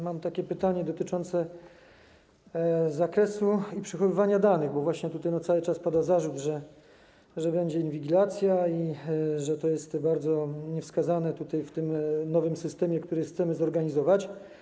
Mam pytanie dotyczące zakresu i przechowywania danych, bo właśnie tutaj cały czas pada zarzut, że będzie inwigilacja i że to jest bardzo niewskazane w tym nowym systemie, który chcemy zorganizować.